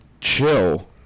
chill